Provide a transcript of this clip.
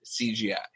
CGI